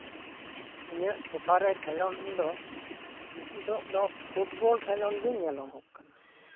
ᱤᱧᱟᱹᱜ ᱴᱚᱴᱷᱟᱨᱮ ᱠᱷᱮᱞᱳᱰ ᱫᱚ ᱱᱤᱛᱚᱜ ᱫᱚ ᱯᱷᱩᱴᱵᱚᱞ ᱠᱷᱮᱞᱳᱰ ᱜᱮ ᱧᱮᱞᱚᱜᱚᱜ ᱠᱟᱱᱟ